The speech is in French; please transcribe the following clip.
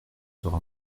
sera